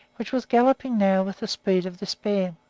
which was galloping now with the speed of despair.